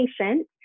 patient